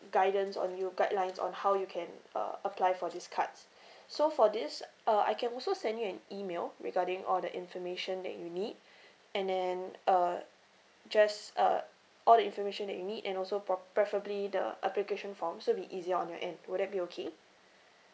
guidance on you guidelines on how you can uh apply for this card so for this uh I can also send you an email regarding all the information that you need and then uh just uh all the information that you need and also prob~ preferably the application form so it'll be easier on your end would that be okay